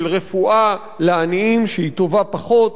של רפואה לעניים שהיא טובה פחות,